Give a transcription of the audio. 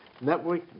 network